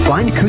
Find